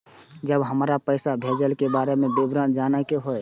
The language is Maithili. जब हमरा पैसा भेजय के बारे में विवरण जानय के होय?